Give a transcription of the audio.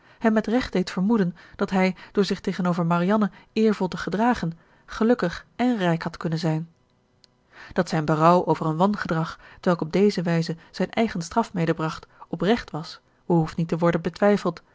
hem met recht deed vermoeden dat hij door zich tegenover marianne eervol te gedragen gelukkig èn rijk had kunnen zijn dat zijn berouw over een wangedrag t welk op deze wijze zijn eigen straf medebracht oprecht was behoeft niet te worden betwijfeld